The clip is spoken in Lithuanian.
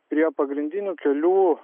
prie pagrindinių kelių